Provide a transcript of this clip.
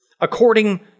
according